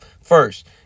first